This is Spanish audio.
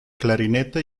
clarinete